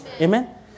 Amen